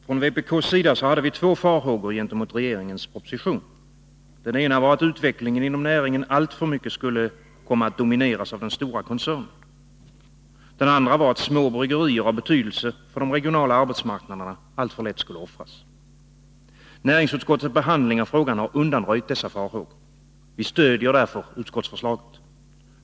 Herr talman! Vpk hade två farhågor gentemot regeringens proposition. Den ena var att utvecklingen inom näringen alltför mycket skulle komma att domineras av den stora koncernen. Den andra var att små bryggerier av betydelse för de regionala arbetsmarknaderna alltför lätt skulle offras. Näringsutskottets behandling av frågan har undanröjt dessa farhågor, varför vi stödjer utskottsmajoritetens förslag.